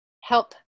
help